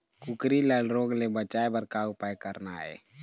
कुकरी ला रोग ले बचाए बर का उपाय करना ये?